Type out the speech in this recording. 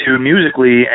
musically